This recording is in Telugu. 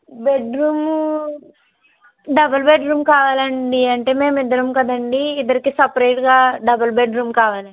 బెడ్రూమ్ డబుల్ బెడ్రూమ్ కావాలండి అంటే మేము ఇద్దరం కదండి ఇద్దరికి సెపరేట్గా డబుల్ బెడ్రూమ్ కావాలండి